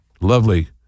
Lovely